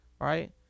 right